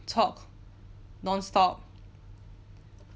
talk non stop